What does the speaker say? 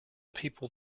people